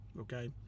okay